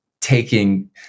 taking